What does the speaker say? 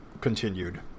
continued